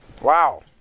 Wow